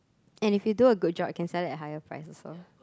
and if you do a good job can sell a higher price also